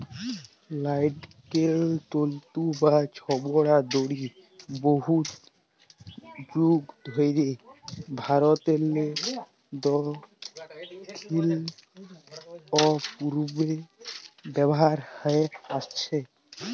লাইড়কেল তল্তু বা ছবড়ার দড়ি বহুত যুগ ধইরে ভারতেরলে দখ্খিল অ পূবে ব্যাভার হঁয়ে আইসছে